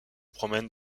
promènent